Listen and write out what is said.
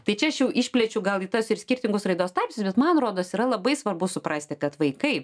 tai čia aš jau išplėčiu gal į tas ir skirtingus raidos tarpsnius bet man rodos yra labai svarbu suprasti kad vaikai